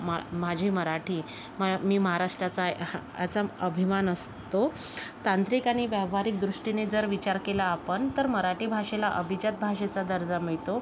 मा माझी मराठी मा मी महाराष्ट्राचा आहे हा याचा अभिमान असतो तांत्रिक आणि व्यावहारिक दृष्टीने जर विचार केला आपण तर मराठी भाषेला अभिजात भाषेचा दर्जा मिळतो